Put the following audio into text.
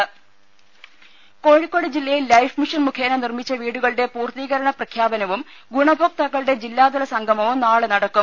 ദര കോഴിക്കോട് ജില്ലയിൽ life mission മുഖേന നിർമി ച്ച വീടുകളുടെ പൂർത്തീകരണ പ്രഖ്യാപനവും ഗുണഭോക്താക്കളുടെ ജില്ലാതലസംഗമവും നാളെ നടക്കും